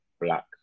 black